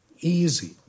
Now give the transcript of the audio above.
easy